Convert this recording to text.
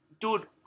Dude